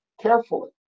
carefully